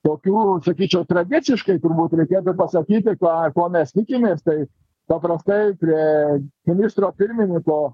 tokių sakyčiau tradiciškai turbūt reikėtų pasakyti ką ko mes tikimės tai paprastai prie ministro pirmininko